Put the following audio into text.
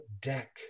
deck